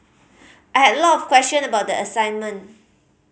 I had a lot of question about the assignment